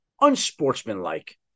unsportsmanlike